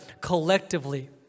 collectively